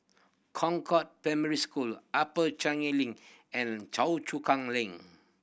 Concord Primary School Upper Changi Link and Choa Chu Kang Link